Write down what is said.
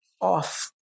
off